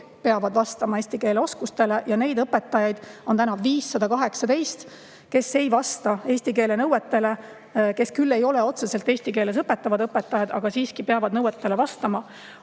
peavad vastama eesti keele oskuse nõuetele. Neid õpetajaid on täna 518, kes ei vasta eesti keele oskuse nõuetele. Nad küll ei ole otseselt eesti keeles õpetavad õpetajad, aga siiski peavad nendele nõuetele vastama.